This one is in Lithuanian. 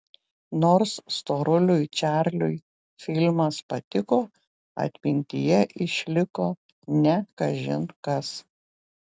nors storuliui čarliui filmas patiko atmintyje išliko ne kažin kas